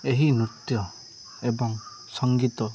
ଏହି ନୃତ୍ୟ ଏବଂ ସଙ୍ଗୀତ